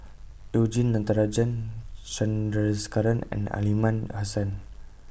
YOU Jin Natarajan Chandrasekaran and Aliman Hassan